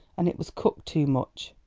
and it was cooked too much.